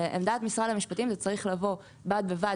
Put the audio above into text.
לעמדת משרד המשפטים זה צריך לבוא בד בבד